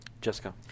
Jessica